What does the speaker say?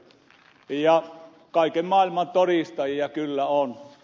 ja kaiken maailman todistajia kyllä on